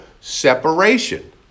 separation